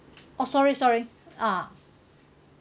oh sorry sorry ah